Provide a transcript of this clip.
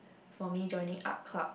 for me joining Art Club